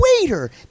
waiter